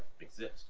exist